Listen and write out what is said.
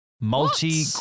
multi